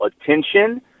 attention